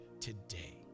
today